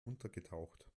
untergetaucht